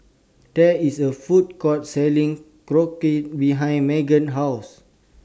There IS A Food Court Selling Korokke behind Meagan's House